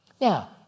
Now